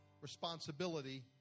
responsibility